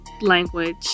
Language